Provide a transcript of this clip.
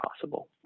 possible